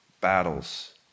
battles